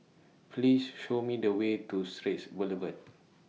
Please Show Me The Way to Straits Boulevard